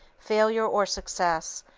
failure or success,